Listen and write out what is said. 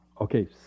okay